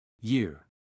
year